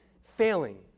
failing